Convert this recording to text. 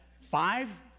five